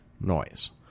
noise